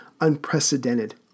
unprecedented